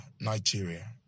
Nigeria